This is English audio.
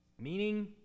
meaning